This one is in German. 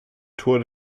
tour